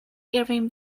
irving